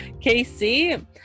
Casey